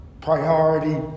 priority